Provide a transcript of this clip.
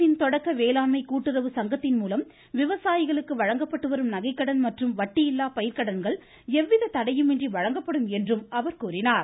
அரசின் தொடக்க வேளாண்மை கூட்டுறவு சங்கத்தின் மூலம் விவசாயிகளுக்கு வழங்கப்பட்டு வரும் நகைக்கடன் மற்றும் வட்டியில்லா பயிர்க்கடன்கள் எவ்வித தடையுமின்றி வழங்கப்படும் என கூறினார்